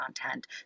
content